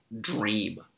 dream